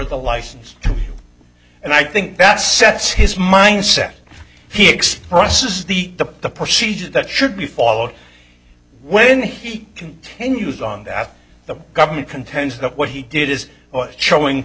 the license and i think that sets his mindset he expresses the the the procedures that should be followed when he continues on that the government contends that what he did is showing